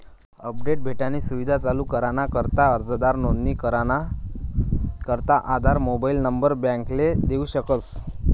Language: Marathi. अपडेट भेटानी सुविधा चालू कराना करता अर्जदार नोंदणी कराना करता आधार मोबाईल नंबर बॅकले देऊ शकस